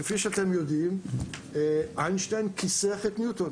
כפי שאתם יודעים, איינשטיין כיסח את ניוטון